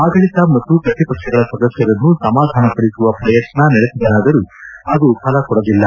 ಆಡಳಿತ ಮತ್ತು ಪ್ರತಿಪಕ್ಷಗಳ ಸದಸ್ಯರನ್ನು ಸಮಾಧಾನ ಪಡಿಸುವ ಪ್ರಯತ್ನ ನಡೆಸಿದರಾದರೂ ಅದು ಫಲ ಕೊಡಲಿಲ್ಲ